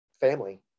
family